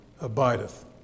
abideth